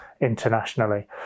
internationally